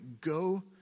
go